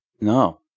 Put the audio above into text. No